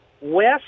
West